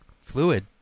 Fluid